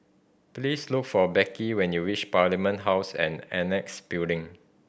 please look for Becky when you reach Parliament House and Annexe Building